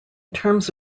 terms